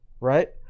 right